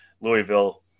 Louisville